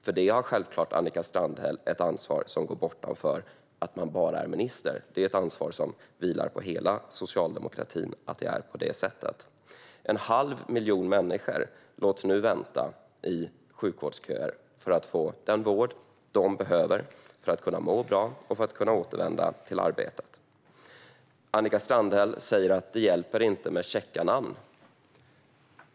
För detta har Annika Strandhäll självklart ett ansvar som går utöver att bara vara minister. Det är ett ansvar som vilar på hela socialdemokratin. En halv miljon människor får nu vänta i sjukvårdsköer för att få den vård de behöver för att må bra och kunna återvända till arbetet. Annika Strandhäll säger att det inte hjälper med käcka namn.